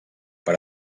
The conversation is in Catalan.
per